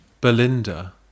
Belinda